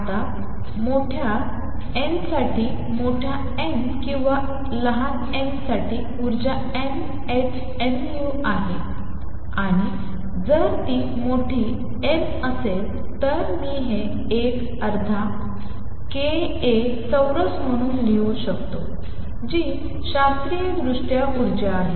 आता मोठ्या n साठी मोठ्या n किंवा लहान n साठी ऊर्जा n h nu आहे आणि जर ती मोठी n असेल तर मी हे 1 अर्धा k A चौरस म्हणून लिहू शकतो जी शास्त्रीयदृष्ट्या ऊर्जा आहे